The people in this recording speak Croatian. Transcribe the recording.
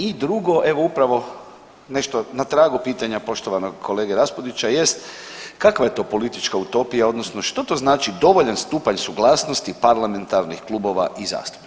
I drugo, evo upravo nešto na tragu pitanja poštovanog kolege Raspudića jest kakva je to politička utopija odnosno što to znači dovoljan stupanj suglasnosti parlamentarnih klubova i zastupnika?